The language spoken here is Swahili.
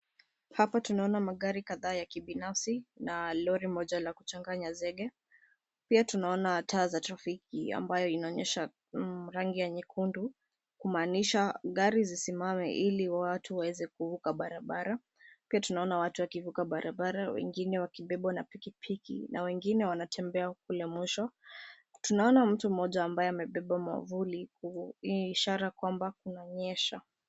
Hapa tunaona magari kadhaa ya kibinafsi na lori moja la kuchanganya zege. Pia tunaona taa za trafki ambayo inaonyesha rangi ya nyekundu kumaanisha gari zisimame ili watu waweze kuvuka barabara. Pia tunaona watu wakivuka barabara wengine wakibebwa na pikipiki na wengine wanatembea kule mwisho. Tunaona mtu mmoja ambaye amebeba mavuli, hii ishara kwamba kunanyesha.